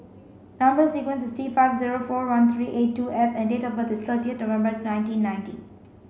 number sequence is T five zero four one three eight two F and date of birth is thirty November nineteen ninety